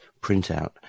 printout